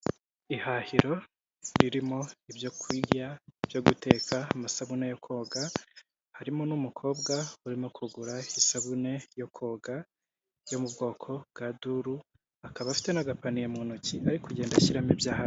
Ihahiro ririmo ibyo kurya, ibyo guteka, amasabune yo koga harimo n'umukobwa urimo kugura isabune yo koga yo mu bwoko bwa duru, akaba afite n'agapaniye mu ntoki ari kugenda ashyiramo ibyo ahashye.